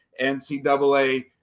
NCAA